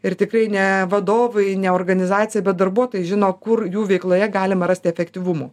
ir tikrai ne vadovai ne organizacija bet darbuotojai žino kur jų veikloje galima rasti efektyvumo